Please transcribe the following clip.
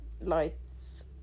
lights